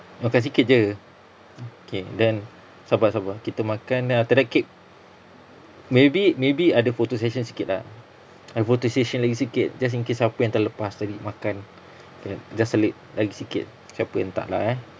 makan sikit jer okay then sabar sabar kita makan then after that cake maybe maybe ada photo session sikit lah ada photo session lagi sikit just in case siapa yang terlepas cari makan just selit lagi sikit siapa entah lah eh